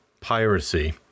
piracy